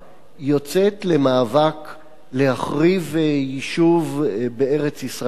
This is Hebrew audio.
יוצאת למאבק להחריב יישוב בארץ-ישראל,